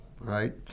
right